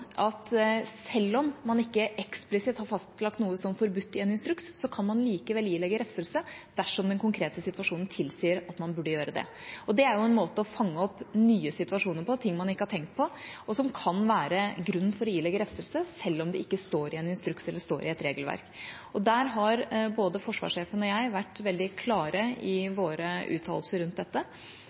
at selv om man ikke eksplisitt har fastlagt noe som forbudt i en instruks, kan man likevel ilegge refselse dersom den konkrete situasjonen tilsier at man burde gjøre det. Det er en måte å fange opp nye situasjoner på, ting man ikke har tenkt på, som kan være grunn til å ilegge refselse selv om det ikke står i en instruks eller i et regelverk. Både forsvarssjefen og jeg har vært veldig klare i våre uttalelser rundt dette.